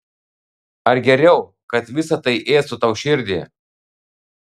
ar geriau kad visa tai ėstų tau širdį